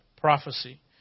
prophecy